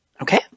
Okay